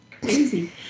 Crazy